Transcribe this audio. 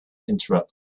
interrupted